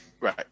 Right